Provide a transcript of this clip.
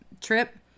trip